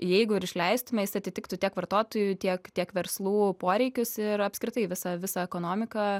jeigu ir išleistume jis atitiktų tiek vartotojų tiek tiek verslų poreikius ir apskritai visą visą ekonomiką